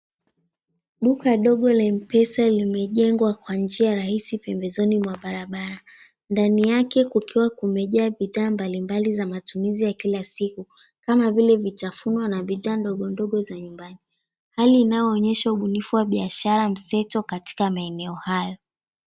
Duka dogo la M-PESA limejengwa kwa njia rahisi pembezoni mwa barabara. Ndani yake kukiwa kumejaa bidhaa mbalimbali za matumizi ya kila siku kama vile vitafunwa na bidhaa ndogondogo za nyumbani, hali inayoonyesha ubunifu wa biashara mseto katika maeneo haya.